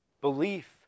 Belief